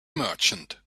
merchant